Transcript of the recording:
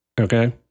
okay